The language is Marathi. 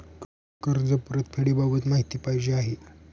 कर्ज परतफेडीबाबत माहिती पाहिजे आहे